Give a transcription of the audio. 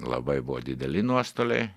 labai buvo dideli nuostoliai